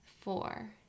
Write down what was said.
four